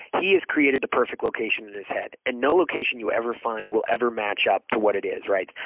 he has created the perfect location in his head, and no location you ever find will ever match up to what it is, right?